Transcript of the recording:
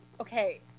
okay